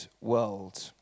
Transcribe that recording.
world